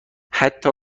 حتی